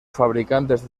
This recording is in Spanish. fabricantes